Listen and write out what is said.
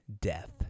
Death